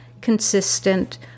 consistent